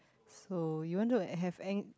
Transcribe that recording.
so you want to have an